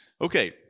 Okay